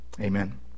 Amen